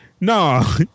no